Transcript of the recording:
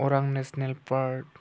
Orang national park